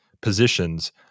positions